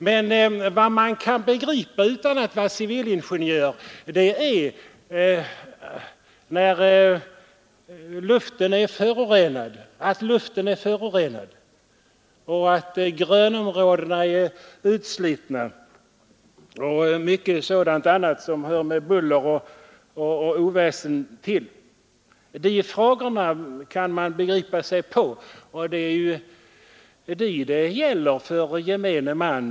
Men vad man kan begripa utan att vara civilingenjör, det är att luften är förorenad och att grönområdena förslits, liksom besvären med buller och oväsen. Dessa frågor kan man begripa sig på, och det är dem det gäller för gemene man.